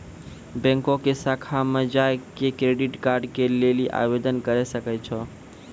बैंको के शाखा मे जाय के क्रेडिट कार्ड के लेली आवेदन करे सकै छो